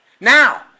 Now